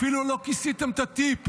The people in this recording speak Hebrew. אפילו לא כיסיתם את הטיפ.